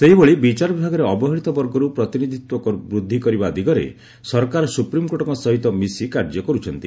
ସେହିଭଳି ବିଚାର ବିଭାଗରେ ଅବହେଳିତ ବର୍ଗର୍ ପ୍ରତିନିଧିତ୍ୱକୁ ବୃଦ୍ଧି କରିବା ଦିଗରେ ସରକାର ସୁପ୍ରିମକୋର୍ଟଙ୍କ ସହିତ ମିଶି କାର୍ଯ୍ୟ କର୍ରୁଛନ୍ତି